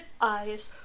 eyes